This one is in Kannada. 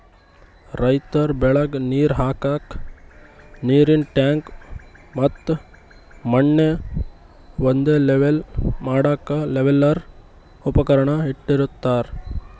ರೈತರ್ ಬೆಳಿಗ್ ನೀರ್ ಹಾಕ್ಕಕ್ಕ್ ನೀರಿನ್ ಟ್ಯಾಂಕ್ ಮತ್ತ್ ಮಣ್ಣ್ ಒಂದೇ ಲೆವೆಲ್ ಮಾಡಕ್ಕ್ ಲೆವೆಲ್ಲರ್ ಉಪಕರಣ ಇಟ್ಟಿರತಾರ್